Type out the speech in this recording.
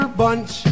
bunch